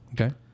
Okay